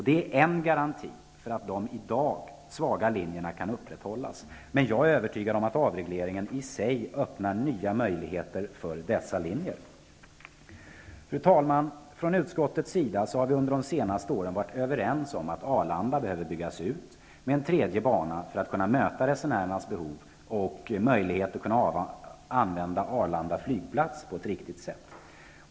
Detta är en garanti för att de i dag svaga linjerna kan upprätthållas. Men jag är övertygad om att avregleringen i sig öppnar nya möjligheter för dessa linjer. Fru talman! Från utskottets sida har vi under de senaste åren varit överens om att Arlanda behöver byggas ut med en tredje bana för att kunna möta resenärernas behov och för att göra det möjligt att kunna använda Arlanda flygplats på ett riktigt sätt.